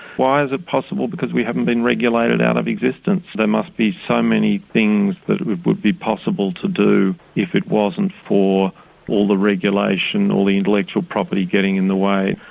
why is it possible? because we haven't been regulated out of existence, there must be so many things that it would be possible to do if it wasn't for all the regulation or the intellectual property getting in the way.